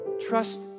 Trust